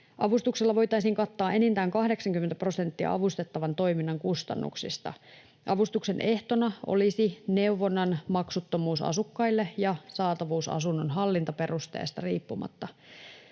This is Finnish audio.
Avustuksella voitaisiin kattaa enintään 80 prosenttia avustettavan toiminnan kustannuksista. Avustuksen ehtona olisi neuvonnan maksuttomuus asukkaille ja saatavuus asunnon hallintaperusteesta riippumatta.